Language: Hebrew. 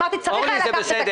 אני אמרתי, צריך היה לקחת את הכסף.